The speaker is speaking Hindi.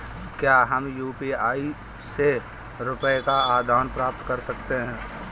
क्या हम यू.पी.आई से रुपये का आदान प्रदान कर सकते हैं?